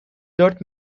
dört